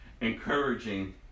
Encouraging